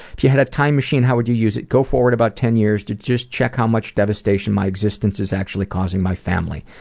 if you had a time machine, how would you use it? go forward about ten years to just check how much devastation my existence is actually causing my family.